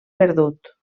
perdut